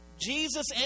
Jesus